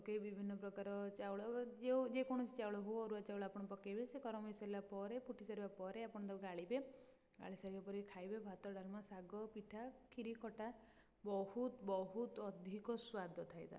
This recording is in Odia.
ପକେଇ ବିଭିନ୍ନ ପ୍ରକାର ଚାଉଳ ଯେଉଁ ଯେକୌଣସି ଚାଉଳ ହେଉ ଅରୁଆ ଚାଉଳ ଆପଣ ପକେଇବେ ସେ ଗରମ ହେଇ ସାରିଲା ପରେ ଫୁଟି ସାରିବା ପରେ ଆପଣ ତାକୁ ଗାଳିବେ ଗାଳି ସାରିବା ପରେ ଖାଇବେ ଭାତ ଡାଲମା ଶାଗ ପିଠା ଖିରି ଖଟା ବହୁତ ବହୁତ ଅଧିକ ସ୍ୱାଦ ଥାଏ ତା